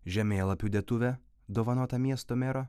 žemėlapių dėtuvę dovanotą miesto mero